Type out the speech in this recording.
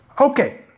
Okay